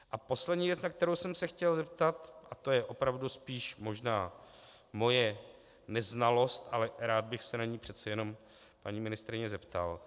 A poslední věc, na kterou jsem se chtěl zeptat, a to je opravdu spíš možná moje neznalost, ale rád bych se na ni přece jenom paní ministryně zeptal.